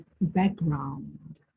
background